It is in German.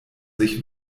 sich